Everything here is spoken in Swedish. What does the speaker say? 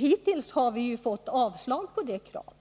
Hittills har vi fått avslag på det kravet,